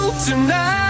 Tonight